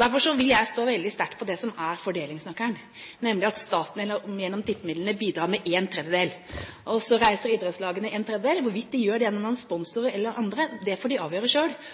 Derfor vil jeg stå veldig sterkt på det som er fordelingsnøkkelen, nemlig at staten gjennom tippemidlene bidrar med en tredjedel. Så reiser idrettslagene en tredjedel – hvorvidt de gjør det gjennom sponsorer eller andre, får de avgjøre selv –